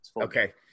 Okay